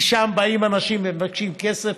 כי שם באים אנשים ומבקשים כסף,